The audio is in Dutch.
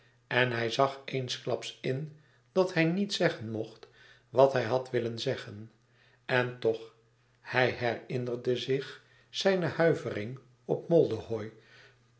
en hij zag eensklaps in dat hij niet zeggen mocht wat hij had willen zeggen en toch hij herinnerde zich zijne huivering op moldehoï